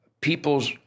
people's